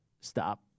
stop